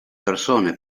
persone